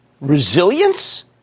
Resilience